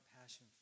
passion